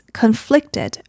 conflicted